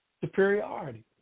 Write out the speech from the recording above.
superiority